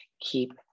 keep